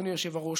אדוני היושב-ראש,